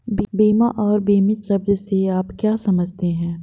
बीमा और बीमित शब्द से आप क्या समझते हैं?